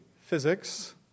physics